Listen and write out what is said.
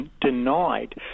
denied